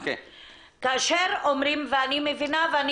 אני מבינה,